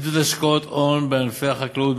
עידוד השקעות הון בענפי החקלאות,